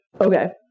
Okay